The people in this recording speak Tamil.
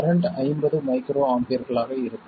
கரண்ட் 50 மைக்ரோ ஆம்பியர்களாக இருக்கும்